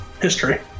history